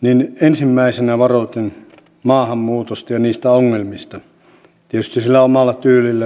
niin ensimmäisenä varoitin maahanmuutosta ja niistä ongelmista tietysti sillä omalla tyylilläni